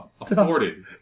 afforded